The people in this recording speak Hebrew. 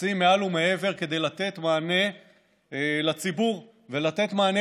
עושים מעל ומעבר כדי לתת מענה לציבור ולתת מענה